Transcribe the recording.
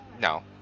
No